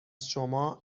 شما